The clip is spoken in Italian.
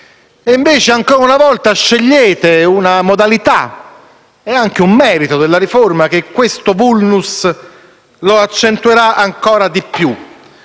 Invece, ancora una volta scegliete una modalità - è anche un merito della riforma - che questo *vulnus* accentuerà ancora di più.